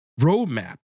roadmap